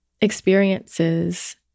experiences